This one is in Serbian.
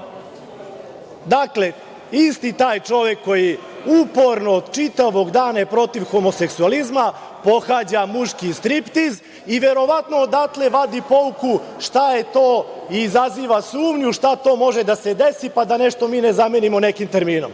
ženama. Dakle, isti taj čovek koji je uporno čitavog dana je protiv homoseksualizma pohađa muški striptiz, i verovatno odatle vadi pouku šta je to, i izaziva sumnju šta to može da se desi, pa da nešto mi ne zamenimo nekim terminom.